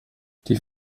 die